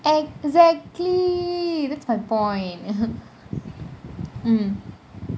exactly that's my point mm